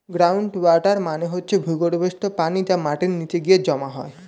ground water মানে হচ্ছে ভূগর্ভস্থ পানি যা মাটির নিচে গিয়ে জমা হয়